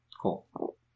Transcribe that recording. Cool